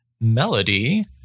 Melody